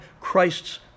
Christ's